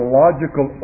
logical